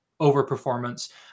overperformance